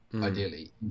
Ideally